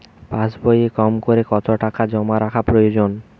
পাশবইয়ে কমকরে কত টাকা জমা রাখা প্রয়োজন?